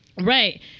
right